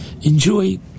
Enjoy